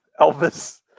Elvis